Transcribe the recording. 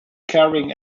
carrying